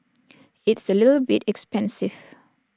it's A little bit expensive